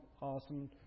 awesome